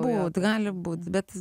pjauti gali būti bet